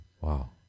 Wow